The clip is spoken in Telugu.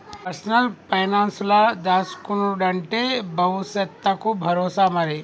పర్సనల్ పైనాన్సుల దాస్కునుడంటే బవుసెత్తకు బరోసా మరి